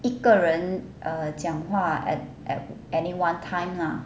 一个人讲话 at at any one time lah